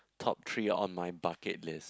top three on my bucket list